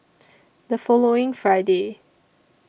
The following Friday